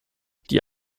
die